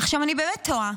עכשיו, אני באמת תוהה,